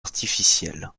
artificielle